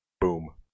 Boom